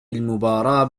المباراة